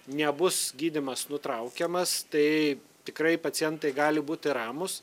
nebus gydymas nutraukiamas tai tikrai pacientai gali būti ramūs